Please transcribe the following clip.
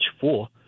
four